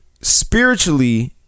Spiritually